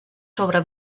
sobre